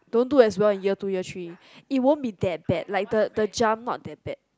don't do as well in year two year three it won't be that bad like the the jump up that bad